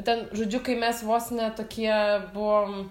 ten žodžiu kai mes vos ne tokie buvom